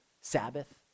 Sabbath